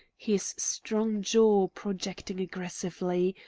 his strong jaw projecting aggressively,